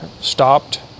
stopped